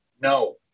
No